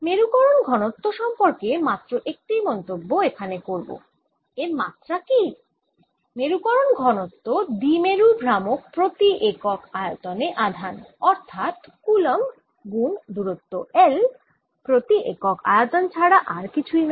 মেরুকরণ ঘনত্ব সম্পর্কে মাত্র একটি মন্তব্য এখানে করব এর মাত্রা কী মেরুকরণ ঘনত্ব দ্বিমেরু ভ্রামক প্রতি একক আয়তনে আধান অর্থাৎ কুলম্ব গুন দূরত্ব L প্রতি একক আয়তন ছাড়া আর কিছুই নয়